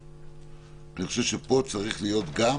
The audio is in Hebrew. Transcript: --- אני חושב שפה צריך להיות גם